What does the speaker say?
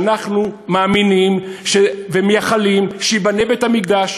אנחנו מאמינים ומייחלים שייבנה בית-המקדש,